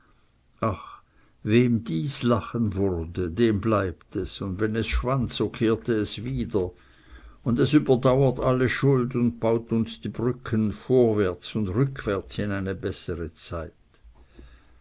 wem dies lachen wurde dem bleibt es und wenn es schwand so kehrt es wieder und es überdauert alle schuld und baut uns die brücken vorwärts und rückwärts in eine bessere zeit